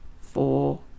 four